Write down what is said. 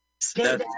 stay